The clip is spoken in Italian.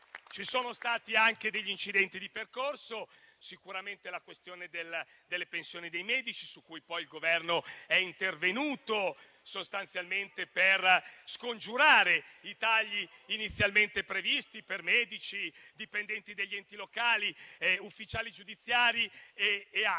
Ci sono stati anche degli incidenti di percorso, come sicuramente la questione delle pensioni dei medici, su cui poi il Governo è intervenuto, sostanzialmente per scongiurare i tagli inizialmente previsti per medici, dipendenti degli enti locali, ufficiali giudiziari ed altre